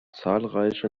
zahlreiche